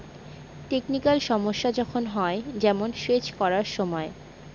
technical সমস্যা যখন হয়, যেমন সেচ করার সময়